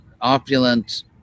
opulent